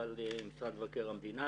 מנכ"ל משרד מבקר המדינה,